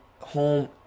home